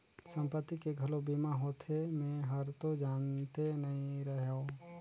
संपत्ति के घलो बीमा होथे? मे हरतो जानते नही रहेव